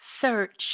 search